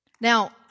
Now